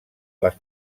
les